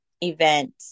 event